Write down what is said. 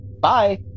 Bye